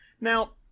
Now